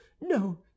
no